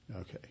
Okay